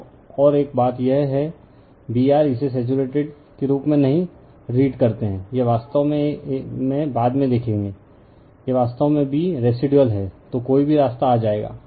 अब और एक बात है यह B r इसे सैचुरेटेड के रूप में नहीं रीड करते है यह वास्तव में बाद में देखेगा यह वास्तव में B रेसिदुअल है तो कोई भी रास्ता आ जाएगा